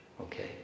okay